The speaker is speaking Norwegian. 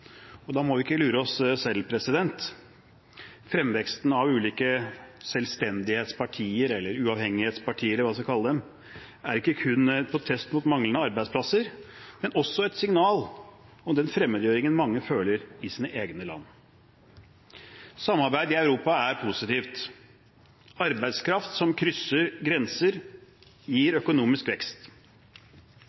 og da må vi ikke lure oss selv. Fremveksten av ulike selvstendighetspartier eller uavhengighetspartier, eller hva vi skal kalle dem, er ikke kun en protest mot manglende arbeidsplasser, men også et signal om den fremmedgjøringen mange føler i sitt eget land. Samarbeid i Europa er positivt. Arbeidskraft som krysser grenser, gir økonomisk vekst.